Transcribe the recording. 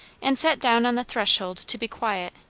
and sat down on the threshold to be quiet,